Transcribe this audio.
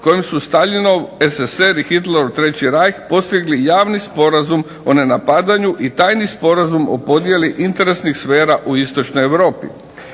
kojim su Staljinov SSR i Hitlerov 3. Reich postigli javni Sporazum o nenapadanju i tajni Sporazum o podjeli interesnih sfera u Istočnoj Europi.